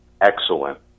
excellent